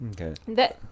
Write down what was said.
Okay